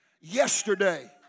yesterday